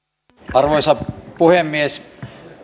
arvoisa puhemies